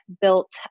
built